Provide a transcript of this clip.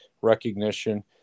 recognition